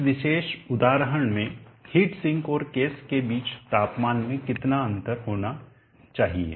इस विशेष उदाहरण में हीट सिंक और केस के बीच तापमान में कितना अंतर होना चाहिए